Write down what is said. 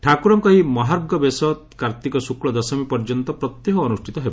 ଠାକୁରଙ୍କ ଏହି ମହାର୍ଗ ବେଶ କାର୍ତ୍ତିକ ଶୁକ୍ଲ ଦଶମୀ ପର୍ଯ୍ୟନ୍ତ ପ୍ରତ୍ୟହ ଅନୁଷ୍ଷିତ ହେବ